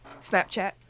Snapchat